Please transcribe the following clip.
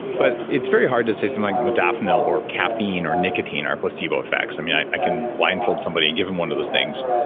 but it's very hard to say something so like modafinil or caffeine or nicotine are placebo effects. i mean, i i can blindfold somebody and give him one of those things.